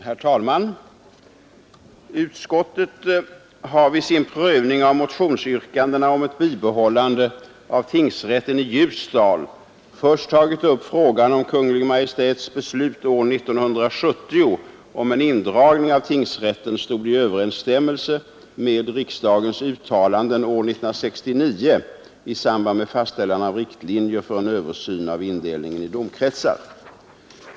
Herr talman! Utskottet har vid sin prövning av motionsyrkandena om ett bibehållande av tingsrätten i Ljusdal först tagit upp frågan om huruvida Kungl. Maj:ts beslut år 1970 om en indragning av tingsrätten stod i överensstämmelse med riksdagens uttalanden år 1969 i samband med fastställande av riktlinjer för en översyn av indelningen i domkretsar.